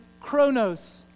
Chronos